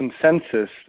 consensus